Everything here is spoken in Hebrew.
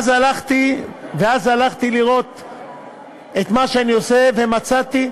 ואז הלכתי לראות את מה שאני עושה, ומצאתי